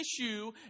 issue